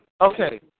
Okay